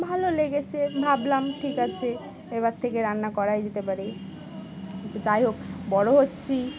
ভালো লেগেছে ভাবলাম ঠিক আছে এবার থেকে রান্না করাই যেতে পারে যাই হোক বড়ো হচ্ছি